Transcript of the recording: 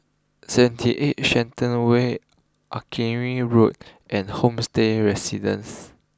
seventy eight Shenton way Road and Homestay Residences